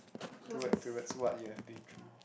toward towards what you have been through